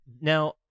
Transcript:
now